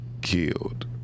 killed